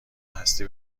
هستی